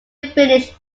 finish